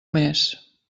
més